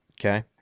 okay